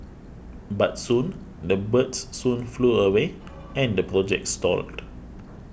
but soon the birds soon flew away and the project stalled